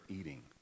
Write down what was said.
eating